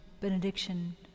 benediction